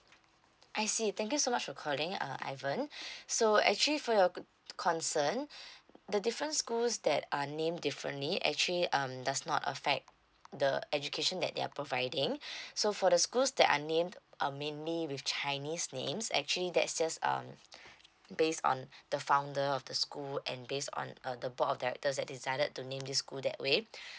I see thank you so much for calling uh ivan so actually for your concern the different schools that uh name differently actually um does not affect the education that they are providing so for the schools that are named um mainly with chinese names actually that's just um based on the founder of the school and based on uh the board of directors that decided to name this school that way